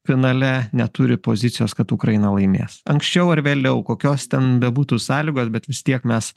finale neturi pozicijos kad ukraina laimės anksčiau ar vėliau kokios ten bebūtų sąlygos bet vis tiek mes